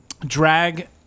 drag